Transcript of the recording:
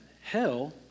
hell